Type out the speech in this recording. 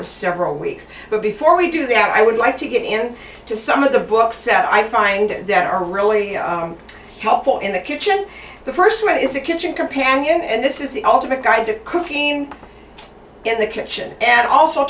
several weeks but before we do that i would like to get in to some of the books said i find they're really helpful in the kitchen the first mate is a kitchen companion and this is the ultimate guide to cooking in the kitchen and also